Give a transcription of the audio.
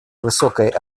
высокой